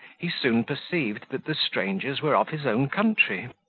he soon perceived that the strangers were of his own country.